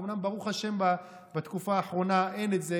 אומנם ברוך השם בתקופה האחרונה אין את זה,